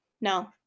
No